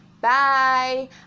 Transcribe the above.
bye